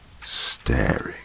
staring